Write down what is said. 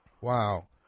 Wow